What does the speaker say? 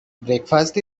breakfast